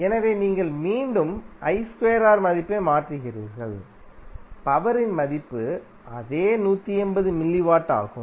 எனவேநீங்கள் மீண்டும் மதிப்பை மாற்றுகிறீர்கள் பவரின் மதிப்பு அதே 180 மில்லிவாட் ஆகும்